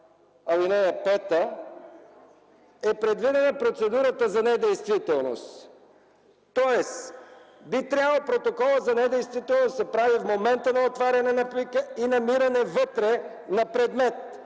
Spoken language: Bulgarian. в ал. 5 е предвидена процедурата за недействителност. Тоест, би трябвало протоколът за недействителност да се прави в момента на отваряне на плика и намиране вътре на предмет.